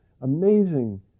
amazing